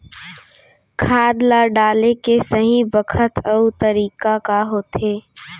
खाद ल डाले के सही बखत अऊ तरीका का होथे?